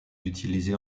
utilisé